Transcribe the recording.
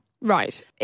Right